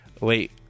wait